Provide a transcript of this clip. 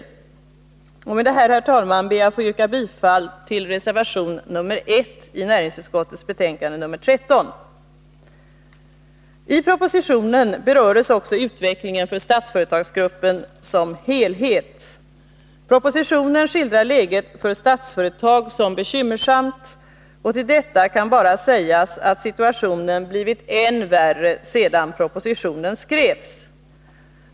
Med detta ber jag att få yrka bifall till reservation 1 i näringsutskottets betänkande 13. I propositionen berörs också utvecklingen för Statsföretagsgruppen som helhet. Propositionen skildrar läget för Statsföretag som bekymmersamt. Till detta kan bara sägas att situationen blivit än värre sedan propositionen skrevs.